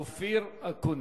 אופיר אקוניס.